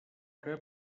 que